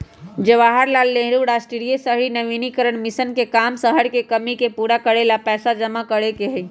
जवाहर लाल नेहरू राष्ट्रीय शहरी नवीकरण मिशन के काम शहर के कमी के पूरा करे ला पैसा जमा करे के हई